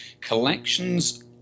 Collections